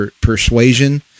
persuasion